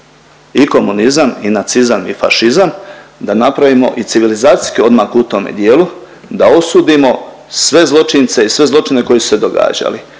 i komunizam i nacizam i fašizam da napravimo i civilizacijski odmak u tome dijelu da osudimo sve zločince i sve zločine koji su se događali